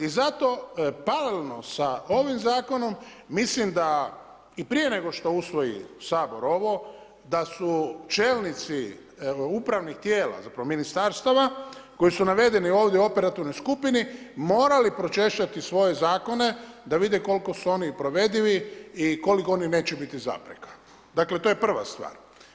I zato paralelno sa ovim zakonom mislim da i prije nego što usvoji Sabor ovo da su čelnici upravnih tijela zapravo ministarstava koji su navedeni ovdje u operativnoj skupini morali pročešljati svoje zakone da vide koliko su oni provedivi i koliko oni neće biti zapreka, dakle to je prva stvar.